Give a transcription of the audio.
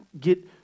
get